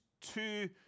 two